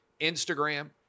Instagram